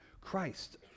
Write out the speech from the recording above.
Christ